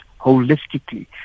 holistically